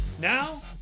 Now